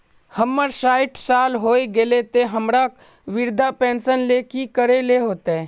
हमर सायट साल होय गले ते अब हमरा वृद्धा पेंशन ले की करे ले होते?